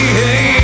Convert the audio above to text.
hey